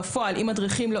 בפועל, אם לא